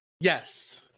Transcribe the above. Yes